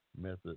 method